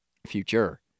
future